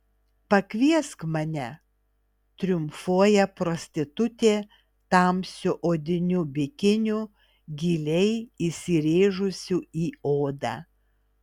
pakviesk mane triumfuoja prostitutė tamsiu odiniu bikiniu giliai įsirėžusiu į odą